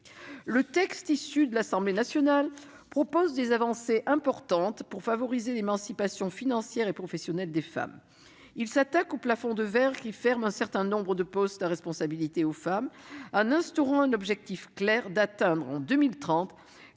des travaux de l'Assemblée nationale contient d'importantes avancées favorisant l'émancipation financière et professionnelle des femmes. Il s'attaque au plafond de verre, qui ferme un certain nombre de postes à responsabilités aux femmes, en instaurant un objectif clair : atteindre, en 2030,